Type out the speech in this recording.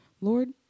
Lord